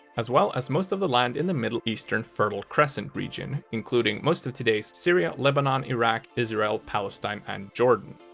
as well as most of the land in the middle eastern fertile crescent region, including most of today's syria, lebanon, iraq, israel, palestine and jordan.